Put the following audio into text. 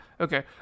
Okay